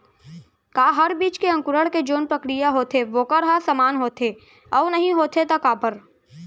का हर बीज के अंकुरण के जोन प्रक्रिया होथे वोकर ह समान होथे, अऊ नहीं होथे ता काबर?